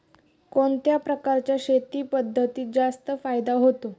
कोणत्या प्रकारच्या शेती पद्धतीत जास्त फायदा होतो?